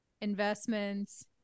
investments